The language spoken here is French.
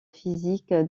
physique